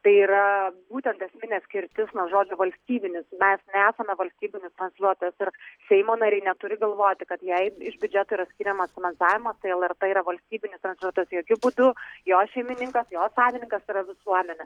tai yra būtent esminė skirtis nuo žodžio valstybinis mes nesame valstybinis transliuotojas ir seimo nariai neturi galvoti kad jei iš biudžeto yra skiriamas finansavimas tai lrt yra valstybinis transliuotojas jokiu būdu jos šeimininkas jos savininkas yra visuomenė